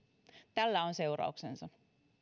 tällä on seurauksensa